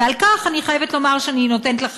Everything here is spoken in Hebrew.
ועל כך אני חייבת לומר שאני נותנת לך